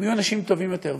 הם יהיו אנשים טובים יותר.